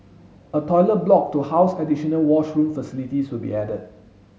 a toilet block to house additional washroom facilities will be added